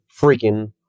freaking